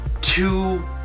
two